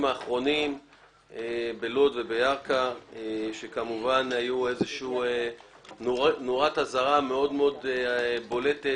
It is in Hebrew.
האחרונים בלוד ובירכא שכמובן היו נורת אזהרה מאוד מאוד בולטת